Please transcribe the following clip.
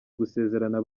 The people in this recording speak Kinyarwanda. gusezerana